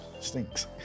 Stinks